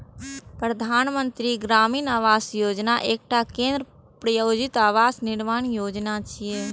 प्रधानमंत्री ग्रामीण आवास योजना एकटा केंद्र प्रायोजित आवास निर्माण योजना छियै